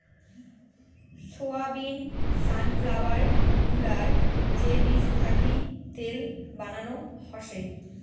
soybean, sunflower গুলার যে বীজ থাকি তেল বানানো হসে